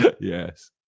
Yes